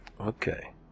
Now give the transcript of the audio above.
Okay